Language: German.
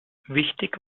wichtig